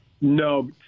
No